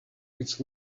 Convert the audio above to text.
its